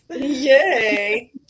Yay